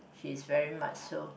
she's very much so